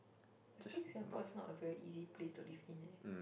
I think Singapore is not a very easy place to live in eh